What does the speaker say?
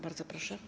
Bardzo proszę.